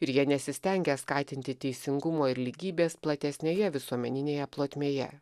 ir jie nesistengia skatinti teisingumo ir lygybės platesnėje visuomeninėje plotmėje